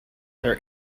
their